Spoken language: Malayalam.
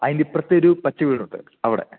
അതിന്റെ അപ്പുറത്തൊരു പച്ച വീടുണ്ട് അവിടെ